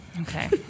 Okay